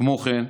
כמו כן,